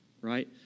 right